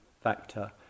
factor